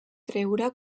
treure